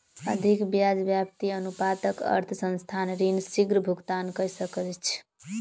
अधिक ब्याज व्याप्ति अनुपातक अर्थ संस्थान ऋण शीग्र भुगतान कय सकैछ